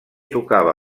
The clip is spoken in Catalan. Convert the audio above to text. tocava